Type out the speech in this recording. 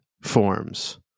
forms